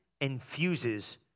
infuses